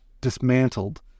dismantled